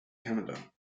canada